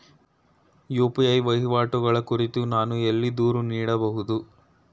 UPI ವಹಿವಾಟುಗಳ ಕುರಿತು ನಾನು ಎಲ್ಲಿ ದೂರು ನೀಡಬಹುದು?